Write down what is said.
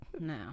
no